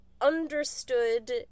understood